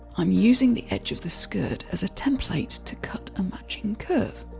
i'm using the edge of the skirt as a template to cut a matching curve.